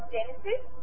Genesis